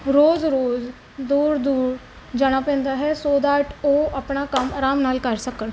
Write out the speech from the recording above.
ਰੋਜ਼ ਰੋਜ਼ ਦੂਰ ਦੂਰ ਜਾਣਾ ਪੈਂਦਾ ਹੈ ਸੋ ਦੈਟ ਉਹ ਆਪਣਾ ਕੰਮ ਆਰਾਮ ਨਾਲ ਕਰ ਸਕਣ